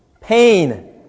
Pain